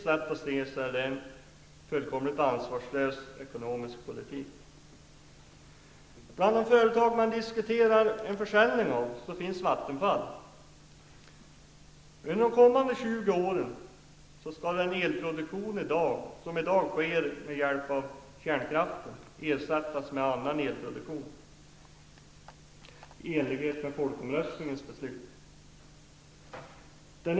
Enligt mitt synsätt är detta en fullkomlig ansvarslös ekonomisk politik. Bland de företag som nämns i diskussionen om en försäljning finns Vattenfall. Under de kommande 20 åren skall den elproduktion som i dag sker med hjälp av kärnkraften ersättas med annan elproduktion i enlighet med det beslut som fattades i samband med folkomröstningen.